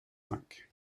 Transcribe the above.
cinq